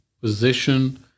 position